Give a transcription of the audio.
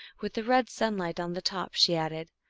with the red sunlight on the top, she added,